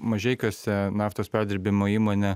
mažeikiuose naftos perdirbimo įmonė